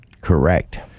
Correct